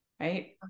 Right